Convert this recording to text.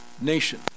nation